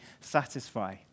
satisfy